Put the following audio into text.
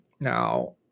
now